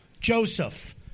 Joseph